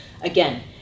Again